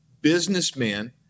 businessman